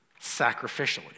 sacrificially